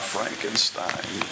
Frankenstein